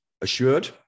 assured